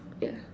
yeah